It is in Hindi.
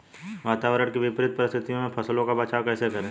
वातावरण की विपरीत परिस्थितियों में फसलों का बचाव कैसे करें?